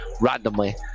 randomly